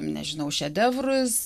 nežinau šedevrus